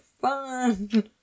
fun